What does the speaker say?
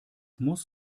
muss